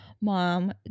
mom